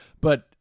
But-